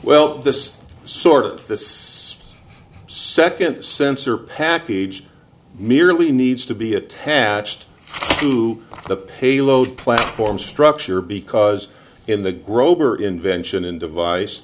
well this sort of fits second sensor package merely needs to be attached to the payload platform structure because in the rober invention in device